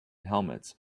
helmets